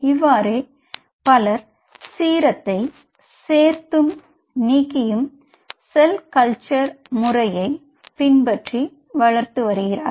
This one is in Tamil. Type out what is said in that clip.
இவ்வாறே பலர் சீரத்தை serum0 சேர்த்தும் நீக்கியும் செல் கல்ச்சர் முறையை பின்பற்றி வளர்த்து வருகிறார்கள்